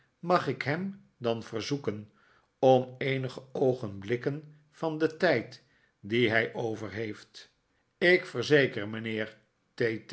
mag ik hem dan verzoeken om eenige oogenblikken van den tijd dien hij over heeft ik verzeker mijnheer